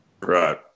Right